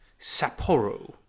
Sapporo